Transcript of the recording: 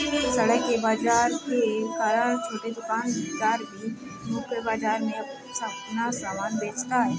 सड़क के बाजार के कारण छोटे दुकानदार भी मुख्य बाजार में अपना सामान बेचता है